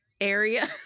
area